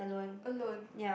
alone